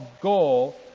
goal